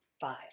five